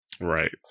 Right